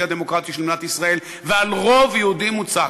והדמוקרטי של מדינת ישראל ועל רוב יהודי מוצק: